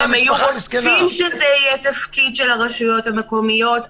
לשבועיים, זה כנראה יהיה לחם חוקנו בחודשים